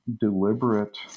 deliberate